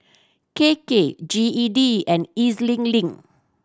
K K G E D and E Z Link